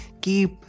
Keep